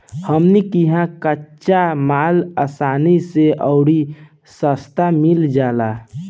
हमनी किहा कच्चा माल असानी से अउरी सस्ता मिल जाला